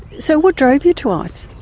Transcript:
so what drove you to ice?